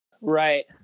Right